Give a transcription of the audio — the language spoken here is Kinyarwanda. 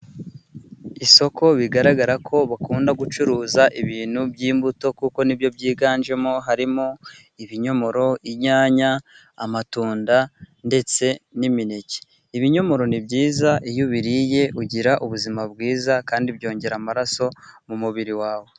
Isoko bigaragara ko bakunda gucuruza ibintu by'imbuto, kuko ni byo byiganjemo harimo: ibinyomoro ,inyanya amatunda ,ndetse n'imineke. Ibinyomoro ni byiza iyo ubiriye ugira ubuzima bwiza, kandi byongera amaraso mu mubiri wawe.